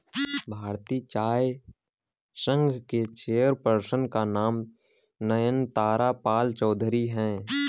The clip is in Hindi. भारतीय चाय संघ के चेयर पर्सन का नाम नयनतारा पालचौधरी हैं